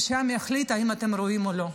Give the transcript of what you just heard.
ושהעם יחליט אם אתם ראויים או לא.